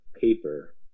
paper